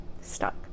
stuck